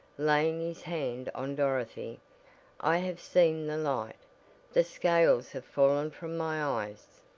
laying his hand on dorothy i have seen the light the scales have fallen from my eyes.